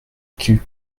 qu’il